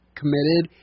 committed